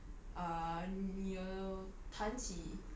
你跟我讲你的朋友的时候